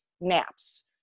naps